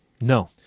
No